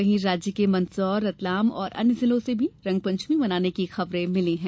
वहीं राज्य के मंदसौर रतलाम और अन्य जिलों से भी रंगपंचमी मनाने की खबरें हैं